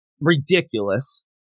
ridiculous